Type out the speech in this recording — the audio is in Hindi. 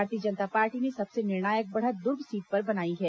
भारतीय जनता पार्टी ने सबसे निर्णायक बढ़त दुर्ग सीट पर बनाई है